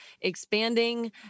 expanding